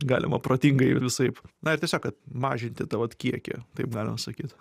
galima protingai ir visaip na ir tiesiog kad mažinti tą vat kiekį taip galima sakyt